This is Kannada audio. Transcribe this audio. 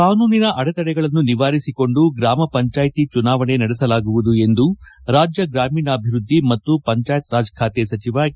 ಕಾನೂನಿನ ಅಡೆತಡೆಗಳನ್ನು ನಿವಾರಿಸಿಕೊಂಡು ಗ್ರಾಮ ಪಂಚಾಯತಿ ಚುನಾವಣೆ ನಡೆಸಲಾಗುವುದು ಎಂದು ರಾಜ್ಯ ಗ್ರಾಮೀಣಾಭಿವೃದ್ಧಿ ಮತ್ತು ಪಂಜಾಯತ್ ರಾಜ್ ಖಾತೆ ಸಚಿವ ಕೆ